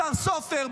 השר סופר,